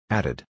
Added